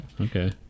Okay